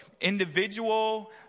individual